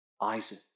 Isaac